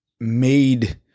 made